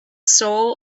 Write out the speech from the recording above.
soul